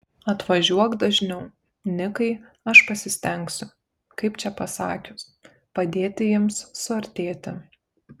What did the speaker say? atvažiuok dažniau nikai aš pasistengsiu kaip čia pasakius padėti jums suartėti